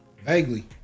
Vaguely